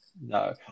No